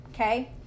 okay